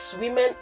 Women